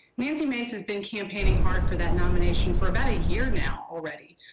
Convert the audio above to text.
nancy mace's been campaigning hard for that nomination for about a year now, already.